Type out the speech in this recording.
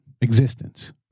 existence